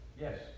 Yes